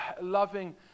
loving